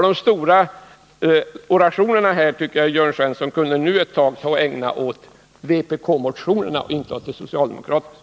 De stora orationerna tycker jag att Jörn Svensson nu kunde ägna åt vpk-motionerna, inte åt de socialdemokratiska.